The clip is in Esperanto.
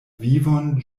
vivon